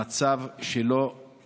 המצב שלו הוא